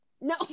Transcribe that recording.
No